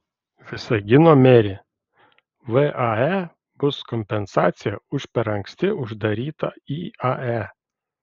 visagino merė vae bus kompensacija už per anksti uždarytą iae